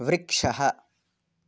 वृक्षः